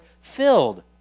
filled